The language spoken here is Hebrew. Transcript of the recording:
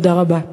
תודה רבה.